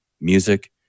music